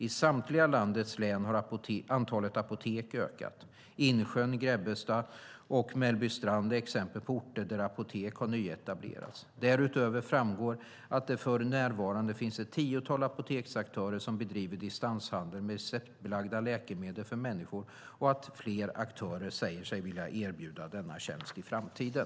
I samtliga landets län har antalet apotek ökat. Insjön, Grebbestad och Mellbystrand är exempel på orter där apotek har nyetablerats. Därutöver framgår att det för närvarande finns ett tiotal apoteksaktörer som bedriver distanshandel med receptbelagda läkemedel för människor och att fler aktörer säger sig vilja erbjuda denna tjänst i framtiden.